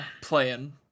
playing